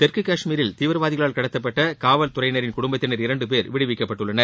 தெற்கு கஷ்மீரில் தீவிரவாதிகளால் கடத்தப்பட்ட காவல்துறையினரின் குடும்பத்தினர் இரண்டு பேர் விடுவிக்கப்பட்டுள்ளனர்